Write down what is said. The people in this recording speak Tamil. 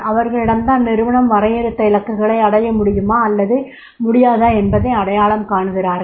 அவர்களிடம் தான் நிறுவனம் வரையறுத்த இலக்குகளை அடைய முடியுமா அல்லது முடியாதா என்பதை அடையாளம் காணுகிறார்கள்